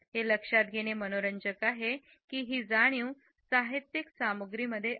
हे लक्षात घेणे मनोरंजक आहे की ही जाणीव साहित्यिकसामग्रीमध्ये आहे